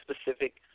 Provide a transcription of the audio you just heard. specific